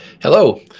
Hello